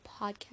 podcast